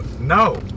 No